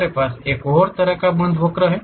हमारे पास एक और तरह का बंद वक्र भी है